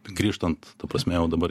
grįžtant ta prasme jau dabar